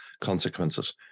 consequences